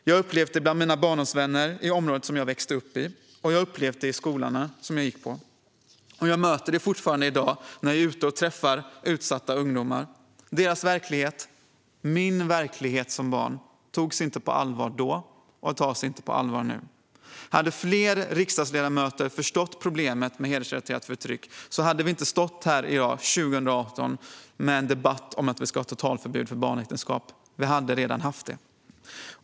Jag har upplevt det bland mina barndomsvänner i området som jag växte upp i, och jag har upplevt det i de skolor där jag har gått. Och jag möter det fortfarande i dag när jag är ute och träffar utsatta ungdomar. Deras verklighet och min verklighet som barn togs inte på allvar då och tas inte på allvar nu. Hade fler riksdagsledamöter förstått problemet med hedersrelaterat förtryck hade vi inte stått här i dag 2018 i en debatt om ett totalförbud för barnäktenskap. Vi hade redan haft det.